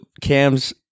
Cam's